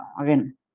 again